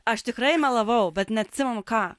aš tikrai melavau bet neatsimenu ką